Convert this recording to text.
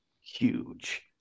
huge